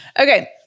Okay